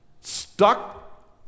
stuck